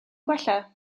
gwella